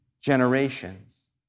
generations